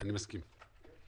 אני מסכים.